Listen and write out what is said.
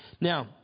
Now